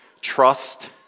trust